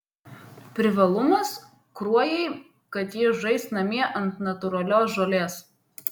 privalumas kruojai kad ji žais namie ant natūralios žolės